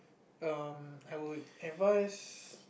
um I would advise